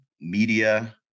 media